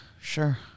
sure